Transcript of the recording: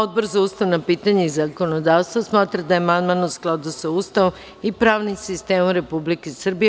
Odbor za ustavna pitanja i zakonodavstvo smatra da je amandman u skladu sa Ustavom i pravnim sistemom Republike Srbije.